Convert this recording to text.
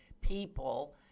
people